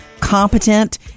competent